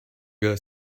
girl